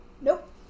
Nope